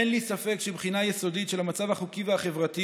אין לי ספק שבחינה יסודית של המצב החוקי והחברתי